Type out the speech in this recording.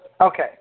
Okay